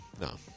no